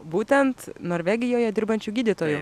būtent norvegijoje dirbančių gydytojų